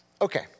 Okay